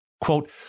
Quote